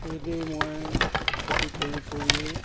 এইদৰেই মই খেতি কৰি কৰিয়েই